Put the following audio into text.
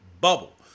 bubble